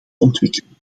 ontwikkeling